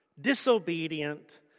Disobedient